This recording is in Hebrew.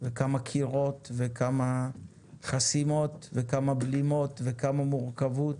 כמה קירות וכמה חסימות וכמה בלימות וכמה מורכבות